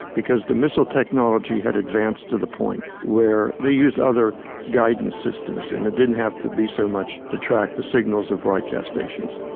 because the missile technology had advanced to the point where they used other guidance systems and it didn't have to be so much to track the signals of broadcast stations